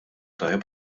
tajjeb